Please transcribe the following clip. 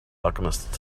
alchemist